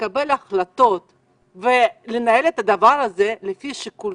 לקבל החלטות ולנהל את הדבר הזה מתוך שיקול